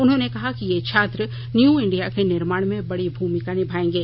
उन्होंने कहा कि ये छात्र न्यू इंडिया के निर्माण में बड़ी भूमिका निभाएंगे